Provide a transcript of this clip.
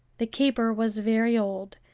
the keeper was very old,